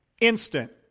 Instant